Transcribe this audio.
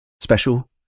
special